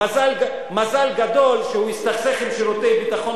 מזל גדול שהוא הסתכסך עם שירותי הביטחון